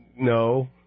No